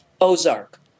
Ozark